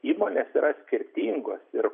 įmonės yra skirtingos ir